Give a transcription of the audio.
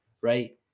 Right